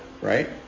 right